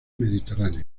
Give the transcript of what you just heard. mediterráneo